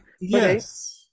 Yes